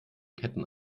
ketten